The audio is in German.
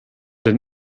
den